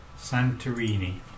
Santorini